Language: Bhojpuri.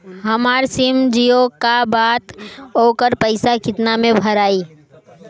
हमार सिम जीओ का बा त ओकर पैसा कितना मे भराई?